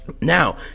Now